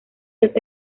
los